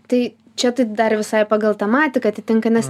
tai čia taip dar visai pagal tematiką atitinka nes